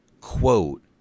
Quote